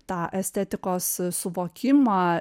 tą estetikos suvokimą